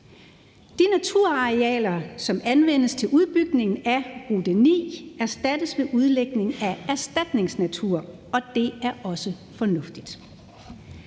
De naturarealer, som anvendes til udbygning af Rute 9, erstattes med udlægning af erstatningsnatur, og det er også fornuftigt.